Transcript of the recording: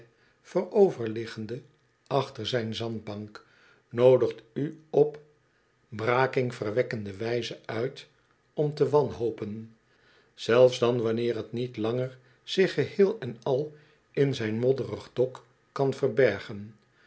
calais vooroverliggende achter zijn zandbank noodigt u op brakingverwekkende wijze uit om te wanhopen zelfs dan wanneer het niet langer zich geheel en al in zijn modderig dok kan verbergen